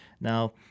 Now